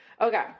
Okay